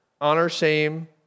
honor-shame